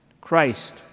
Christ